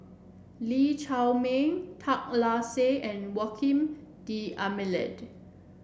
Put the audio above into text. Lee Chiaw Meng Tan Lark Sye and Joaquim D'Almeida